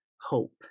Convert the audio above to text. hope